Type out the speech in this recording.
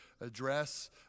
address